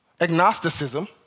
agnosticism